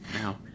Now